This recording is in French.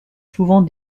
souvent